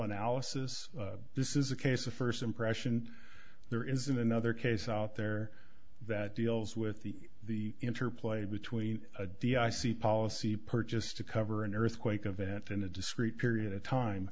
analysis this is a case of first impression there isn't another case out there that deals with the the interplay between a di i c policy purchase to cover an earthquake a vent in a discreet period of time